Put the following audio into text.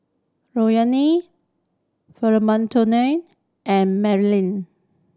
Lorrayne Florentino and Melany